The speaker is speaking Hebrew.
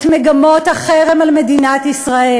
את מגמות החרם על מדינת ישראל.